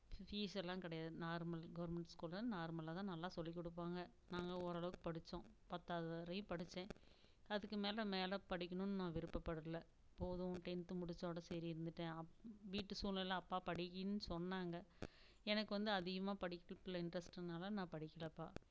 fees எல்லாம் கிடையாது normal government ஸ்கூலில் நார்மலாக தான் நல்லா சொல்லி கொடுப்பாங்க நாங்கள் ஓரளவுக்கு படித்தோம் பத்தாவது வரையும் படித்தேன் அதுக்கு மேலே மேலே படிக்கணும்னு நான் விருப்பப்படலை போதும் டென்த்து முடித்ததோட சரி இருந்துவிட்டேன் அப்போ வீட்டு சூழ்நிலை அப்பா படிக்கிணுன்னு சொன்னாங்க எனக்கு வந்து அதிகமாக படிக்கிறதில் இன்ட்ரெஸ்ட் இல்லைனால நான் படிக்கலப்பா